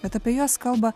bet apie juos kalba